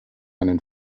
einen